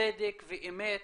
צדק ואמת